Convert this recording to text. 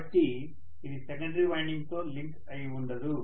కాబట్టి ఇది secondary winding తో లింక్ అయి ఉండదు